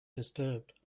disturbed